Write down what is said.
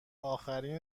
آخرین